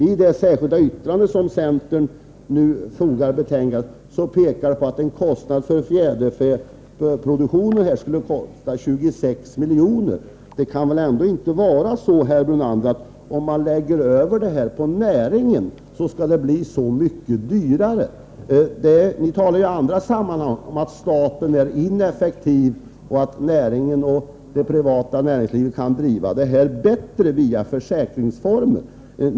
I det särskilda yttrande som centern har fogat till betänkandet pekar man på att kostnaden för fjäderfäproduktionen skulle uppgå till 26 miljoner. Det kan väl ändå inte vara så, herr Brunander, att om man lägger över ansvaret på näringen blir det så mycket dyrare. Ni talar i andra sammanhang om att staten är ineffektiv och att näringen och det privata näringslivet kan driva detta bättre via försäkringsformer.